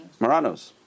Moranos